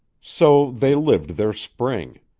so they lived their spring.